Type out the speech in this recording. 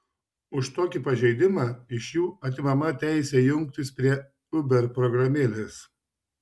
už tokį pažeidimą iš jų atimama teisė jungtis prie uber programėlės